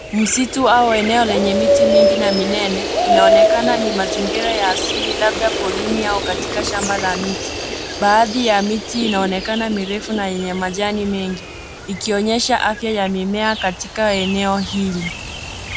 Msitu au eneo lenye miti mingi na minene inaoonekenana ni mazingira ya asili labda polini ama katika shamba la miti. Baadhi ya miti inaonekana mirefu na yenye majani mengi ikionyesha afya ya mimea katika eneo hili.